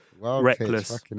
Reckless